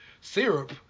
syrup